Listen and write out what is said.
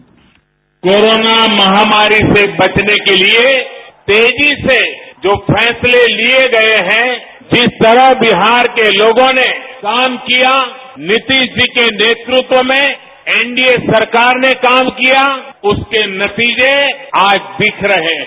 bite PM corona महामारी से बचने के लिए तेजी से जो फैसले लिए गए हैं जिस तरह बिहार के लोगों ने काम किया नितिश जी के नेतृत्व में एनडीए सरकार ने काम किया उसके नतीजे आज दिख रहे हैं